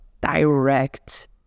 direct